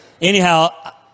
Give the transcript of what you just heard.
Anyhow